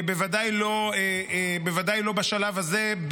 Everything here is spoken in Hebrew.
בוודאי לא בשלב הזה,